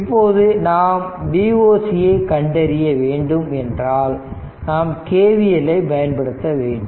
இப்போது நாம் Voc ஐ கண்டறிய வேண்டும் என்றால் நாம் KVL ஐ பயன்படுத்த வேண்டும்